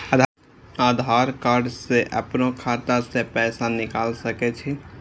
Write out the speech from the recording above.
आधार कार्ड से अपनो खाता से पैसा निकाल सके छी?